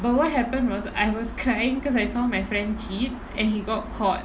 but what happened was I was crying because I saw my friend cheat and he got caught